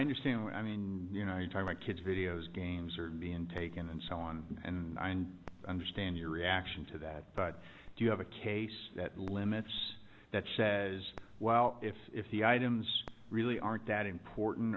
understand i mean you know you try my kids video games are being taken and so on and i understand your reaction to that but do you have a case that limits that says well if the items really aren't that important